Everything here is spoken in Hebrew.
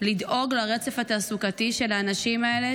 זאת ממש חובה לדאוג לרצף התעסוקתי של האנשים האלה,